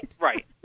Right